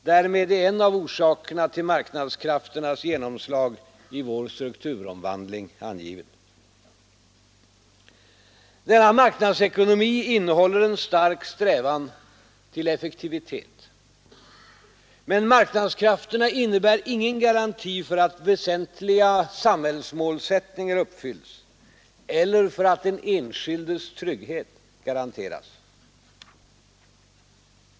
Därmed är en av orsakerna till marknadskrafternas genomslag i vår strukturomvandling angiven. Marknadsekonomin innehåller en stark strävan till effektivitet. Men marknadskrafterna innebär ingen garanti för att väsentliga samhällsmålsättningar uppfylls eller för att den enskildes trygghet garanteras.